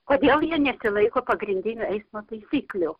kodėl jie nesilaiko pagrindinių eismo taisyklių